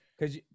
Cause